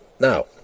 Now